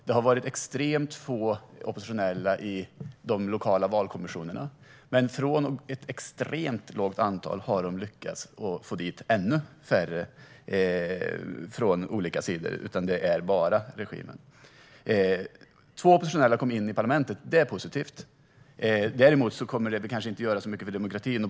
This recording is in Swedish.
Det har varit extremt få oppositionella i de lokala valkommissionerna, men från ett extremt lågt antal har de lyckats få in ännu färre från olika sidor. Det är alltså bara regimen. Två oppositionella kom in i parlamentet; det är positivt. Däremot kommer det kanske inte att göra så mycket för demokratin.